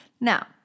Now